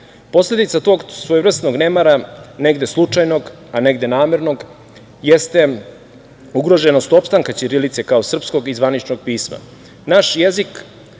Posledica tog svojevrsnog nemara, negde slučajnog, a negde namernog, jeste ugroženost opstanka ćirilice kao srpskog i zvaničnog pisma. Naš jezik